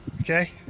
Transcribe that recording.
Okay